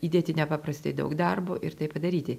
įdėti nepaprastai daug darbo ir tai padaryti